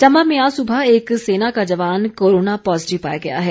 चंबा में आज सुबह एक सेना का जवान कोरोना पॉजिटिव पाया गया है